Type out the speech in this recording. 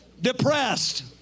depressed